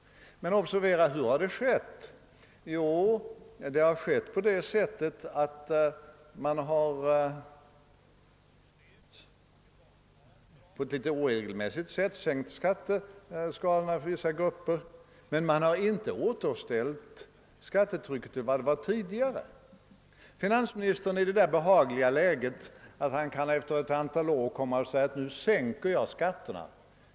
Javisst! Men hur har det skett? Jo, man har litet oregelmässigt sänkt skatteskalorna på vissa punkter, men man har inte återställt skattetrycket till vad det var tidigare. Finansministern befinner sig i den behagliga situationen att han efter ett antal år kan komma och säga, att nu sänker jag skatterna.